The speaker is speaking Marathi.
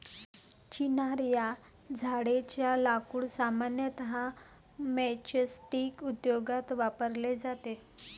चिनार या झाडेच्या लाकूड सामान्यतः मैचस्टीक उद्योगात वापरले जाते